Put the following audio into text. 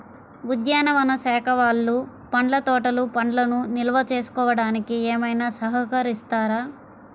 ఉద్యానవన శాఖ వాళ్ళు పండ్ల తోటలు పండ్లను నిల్వ చేసుకోవడానికి ఏమైనా సహకరిస్తారా?